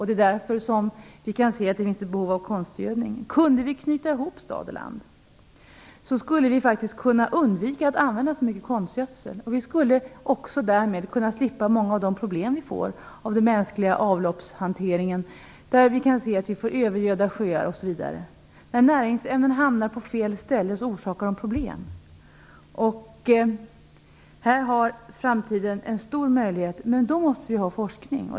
Det är därför det finns behov av konstgödning. Kunde vi knyta stad och land skulle vi kunna undvika att använda så mycket konstgödsel. Vi skulle slippa många av de problem som vi får av avloppshanteringen, som gör att vi övergödda sjöar osv. När näringsämnen hamnar på fel ställen orsakar det problem. Här har vi i framtiden stora möjligheter men då måste vi ha forskning.